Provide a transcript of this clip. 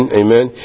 amen